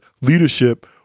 leadership